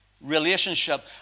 Relationship